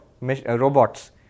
robots